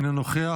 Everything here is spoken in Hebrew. אינו נוכח,